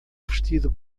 vestido